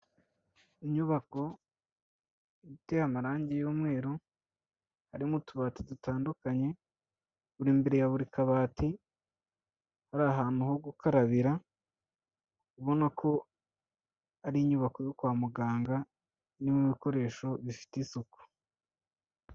Inyubako iteye amarangi y'umweru, harimo utubati dutandukanye, buri imbere ya buri kabati, hari ahantu ho gukarabira, ubona ko ari inyubako yo kwa muganga, irimo ibikoresho bifite isuku.